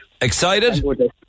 Excited